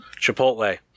Chipotle